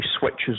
switches